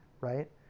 right